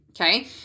okay